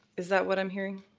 is that what i'm hearing?